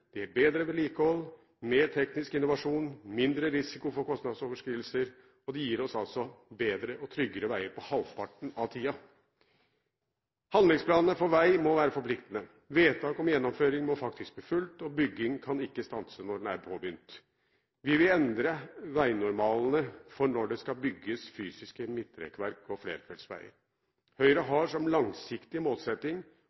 bedre vedlikehold, mer teknisk innovasjon og mindre risiko for kostnadsoverskridelser. Det gir oss altså bedre og tryggere veier på halvparten av tiden. Handlingsplanene for vei må være forpliktende. Vedtak om gjennomføring må faktisk bli fulgt, og bygging kan ikke stanse når den er påbegynt. Vi vil endre veinormalene for når det skal bygges fysiske midtrekkverk og